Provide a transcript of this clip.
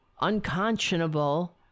unconscionable